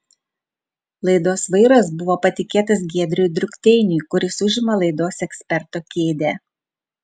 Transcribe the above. laidos vairas buvo patikėtas giedriui drukteiniui kuris užima laidos eksperto kėdę